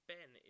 Ben